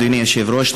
אדוני היושב-ראש,